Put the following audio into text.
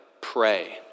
pray